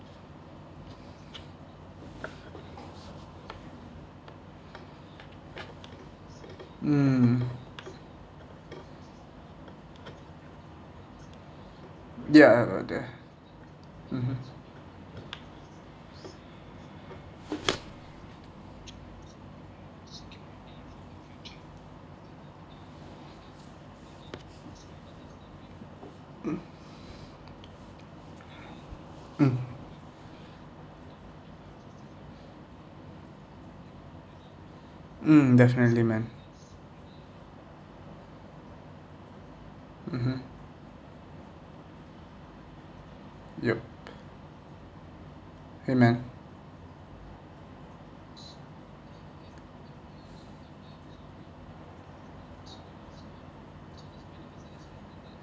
mm ya about that mmhmm mm mm mm definitely man mmhmm yup !hey! man